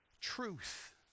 Truth